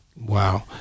Wow